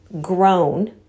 grown